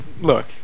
Look